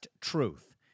Truth